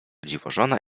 dziwożona